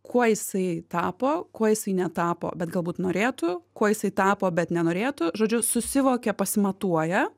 kuo jisai tapo kuo jisai netapo bet galbūt norėtų kuo jisai tapo bet nenorėtų žodžiu susivokia pasimatuoja